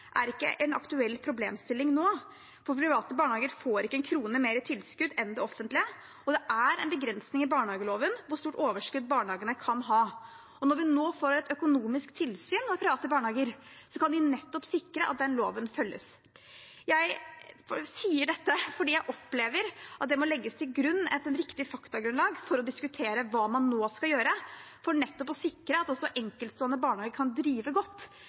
er ikke en aktuell problemstilling nå, for private barnehager får ikke én krone mer i tilskudd enn de offentlige, og det er en begrensning i barnehageloven av hvor stort overskudd barnehagene kan ha. Når vi nå får et økonomisk tilsyn med de private barnehagene, kan vi også sikre at den loven følges. Jeg sier dette fordi jeg opplever at det må legges et riktig faktagrunnlag til grunn for å diskutere hva man nå skal gjøre, for å sikre at også enkeltstående barnehager kan drive godt